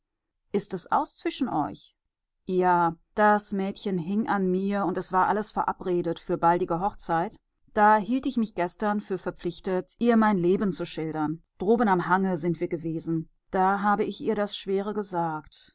ist es aus zwischen euch ja das mädchen hing an mir und es war alles verabredet für baldige hochzeit da hielt ich mich gestern für verpflichtet ihr mein leben zu schildern droben am hange sind wir gewesen da habe ich ihr das schwere gesagt